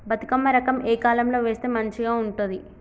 బతుకమ్మ రకం ఏ కాలం లో వేస్తే మంచిగా ఉంటది?